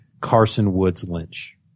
Carson-Woods-Lynch